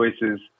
choices